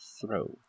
throw